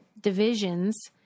divisions